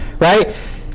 right